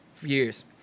years